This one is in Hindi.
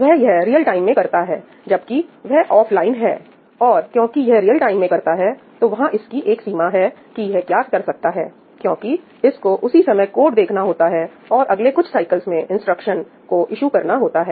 वह यह रियल टाइम में करता है जबकि वह ऑफलाइन है और क्योंकि यह रियल टाइम में करता है तो वहां इसकी एक सीमा है कि यह क्या कर सकता है क्योंकि इसको उसी समय कोड देखना होता है और अगले कुछ साइकिल्स में इंस्ट्रक्शन को ईशु करना होता है